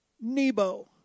Nebo